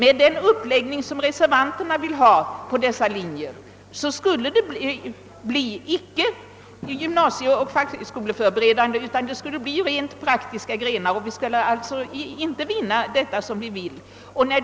Med den uppläggning som reservanterna vill ge dessa linjer skulle de bli icke gymnasieoch fackskoleförberedande utan rent praktiska grenar, och vi skulle alltså inte vinna det som vi vill åstadkomma.